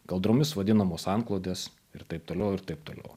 kaldromis vadinamos antklodės ir taip toliau ir taip toliau